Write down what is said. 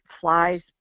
flies